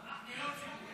פניות ציבור.